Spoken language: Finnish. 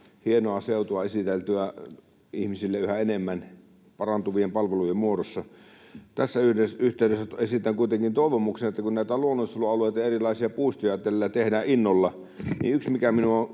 hienoa seutua esiteltyä ihmisille yhä enemmän parantuvien palvelujen muodossa. Tässä yhteydessä esitän kuitenkin toivomuksen, kun näitä luonnonsuojelualueita ja erilaisia puistoja täällä tehdään innolla. Yksi, mikä minua